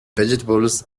vegetables